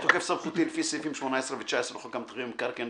בתוקף סמכותי לפי סעיפים 18 ו-19 לחוק המתווכים במקרקעין,